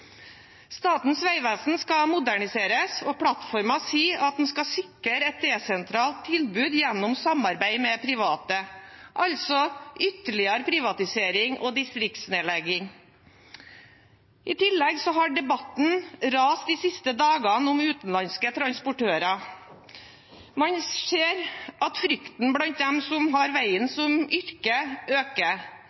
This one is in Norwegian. Statens vegvesen skal moderniseres, og plattformen sier at en skal sikre et desentralisert tilbud gjennom samarbeid med private – altså ytterligere privatisering og distriktsnedlegging. I tillegg har debatten rast de siste dagene om utenlandske transportører. Man ser at frykten blant dem som har veien som yrke, øker.